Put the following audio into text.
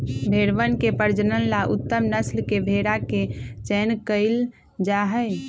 भेंड़वन के प्रजनन ला उत्तम नस्ल के भेंड़ा के चयन कइल जाहई